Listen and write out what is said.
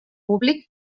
públic